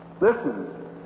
Listen